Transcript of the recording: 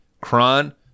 Kron